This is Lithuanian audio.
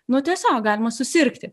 nu tiesiog galima susirgti